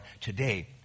today